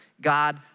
God